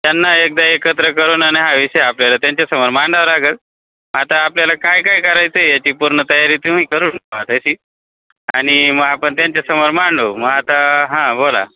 त्यांना एकदा एकत्र करून आणि हा विषय आपल्याला त्यांच्यासमोर मांडावा लागंल आता आपल्याला काय काय करायचं आहे याची पूर्ण तयारी तुम्ही करून तशी आणि मग आपण त्यांच्यासमोर मांडू मग आता हां बोला